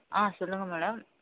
ஆ சொல்லுங்கள் மேடம்